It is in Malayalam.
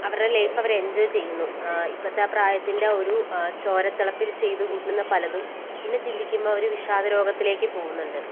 അവരുടെ ലൈഫ് അവര് എൻജോയ് ചെയ്യുന്നു ആ ഇപ്പത്തെ പ്രായത്തിൻ്റെ ഒരു ആ ചോരത്തിളപ്പിൽ ചെയ്ത് കൂട്ടുന്ന പലതും പിന്നെ ചിന്തിക്കുമ്പം അവര് വിഷാദരോഗത്തിലേക്ക് പോകുന്നുണ്ട്